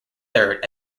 third